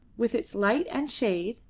with its light and shade,